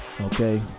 okay